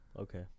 Okay